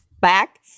back